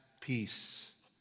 peace